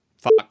fuck